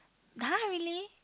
!huh! really